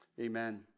amen